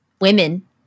women